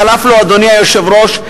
אדוני היושב-ראש,